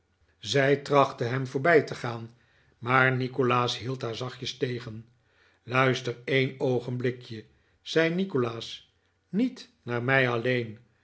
zij trachtte hem voorbij te gaan maar nikolaas hield haar zachtjes tegen luister een oogenblikje zei nikolaas niet naar mij alleen